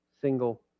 single